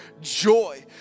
joy